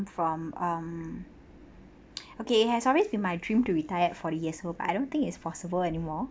from um okay it has always been my dream to retire at forty years old but I don't think it's possible anymore